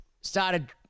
started